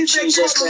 Jesus